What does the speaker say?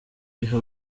iha